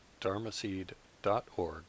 dharmaseed.org